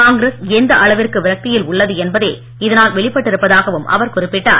காங்கிரஸ் எந்த அளவிற்கு விரக்தியில் உள்ளது என்பதே இதனால் வெளிப்பட்டிருப்பதாகவும் அவர் குறிப்பிட்டார்